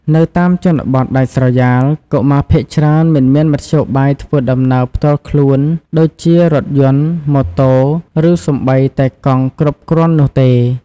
នៅតាមជនបទដាច់ស្រយាល កុមារភាគច្រើនមិនមានមធ្យោបាយធ្វើដំណើរផ្ទាល់ខ្លួនដូចជារថយន្ត ម៉ូតូ ឬសូម្បីតែកង់គ្រប់គ្រាន់នោះទេ។